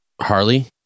Harley